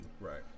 Right